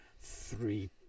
Three